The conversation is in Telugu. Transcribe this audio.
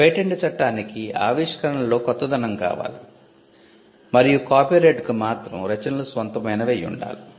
కాబట్టి పేటెంట్ చట్టానికి ఆవిష్కరణలలో కొత్తదనం కావాలి మరియు కాపీరైట్కు మాత్రం రచనలు స్వంతమైనవి అయిండాలి